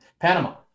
Panama